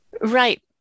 Right